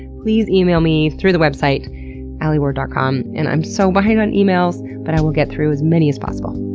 please email me through the website alieward dot com. and i'm so behind on emails but i will get through as many as possible.